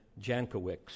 Jankowicz